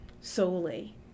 solely